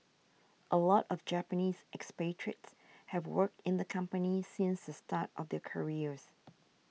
a lot of Japanese expatriates have worked in the company since the start of their careers